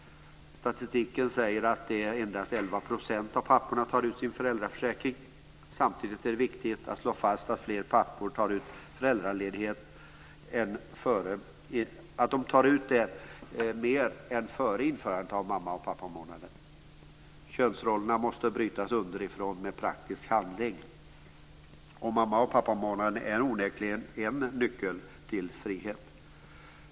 Statistiken säger att endast 11 % av papporna tar ut sin föräldraförsäkring. Samtidigt är det viktigt att slå fast att fler pappor tar ut föräldraledighet än före införandet av mamma och pappamånaden. Könsrollerna måste brytas underifrån med praktisk handling. Mamma och pappamånaden är onekligen en nyckel till frihet.